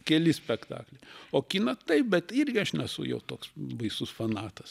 keli spektakliai o kiną taip bet irgi aš nesu jo toks baisus fanatikas